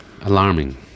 Alarming